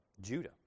Judah